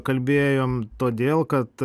kalbėjom todėl kad